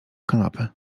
kanapę